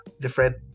different